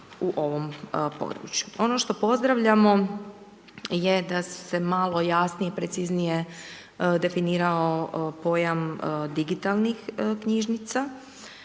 u ovom području. Ono što pozdravljamo, je da se malo jasnije, preciznije definirao pojam digitalnih knjižnica,